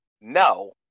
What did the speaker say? no